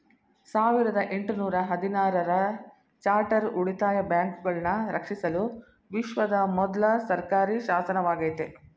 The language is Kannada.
ಸಾವಿರದ ಎಂಟು ನೂರ ಹದಿನಾರು ರ ಚಾರ್ಟರ್ ಉಳಿತಾಯ ಬ್ಯಾಂಕುಗಳನ್ನ ರಕ್ಷಿಸಲು ವಿಶ್ವದ ಮೊದ್ಲ ಸರ್ಕಾರಿಶಾಸನವಾಗೈತೆ